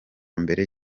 mbere